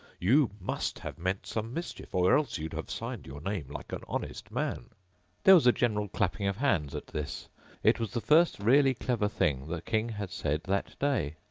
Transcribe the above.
you must have meant some mischief, or else you'd have signed your name like an honest man there was a general clapping of hands at this it was the first really clever thing the king had said that day.